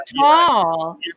tall